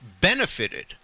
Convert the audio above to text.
benefited